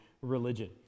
religion